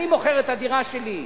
אני מוכר את הדירה שלי,